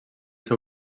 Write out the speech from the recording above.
seu